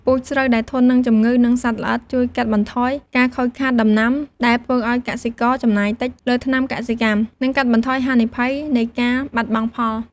ពូជស្រូវដែលធន់នឹងជំងឺ និងសត្វល្អិត ជួយកាត់បន្ថយការខូចខាតដំណាំ ដែលធ្វើឱ្យកសិករចំណាយតិចលើថ្នាំកសិកម្ម និងកាត់បន្ថយហានិភ័យនៃការបាត់បង់ផល។